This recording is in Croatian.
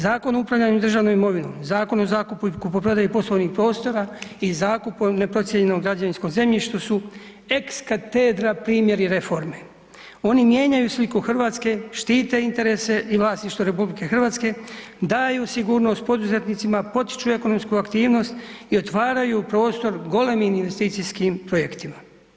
Zakon o upravljanju državnom imovinom, Zakon o zakupu i kupoprodaji poslovnih prostora i Zakon o neprocijenjenom građevinskom zemljištu su ex cathedra primjeri reforme, oni mijenjaju sliku Hrvatske, štite interese i vlasništvo RH, daju sigurnost poduzetnicima, potiču ekonomsku aktivnost i otvaraju prostor golemim investicijskim projektima.